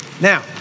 now